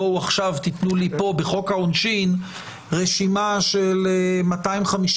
ובית המשפט העליון בעניין הזה --- אני רק רוצה להגיד לך,